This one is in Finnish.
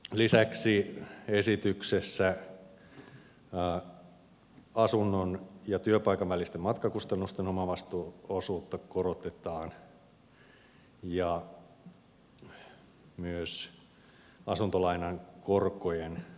lisäksi esityksessä asunnon ja työpaikan välisten matkakustannusten omavastuuosuutta korotetaan ja myös asuntolainan korkovähennyksen leikkausta lisätään